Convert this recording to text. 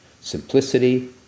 Simplicity